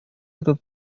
этот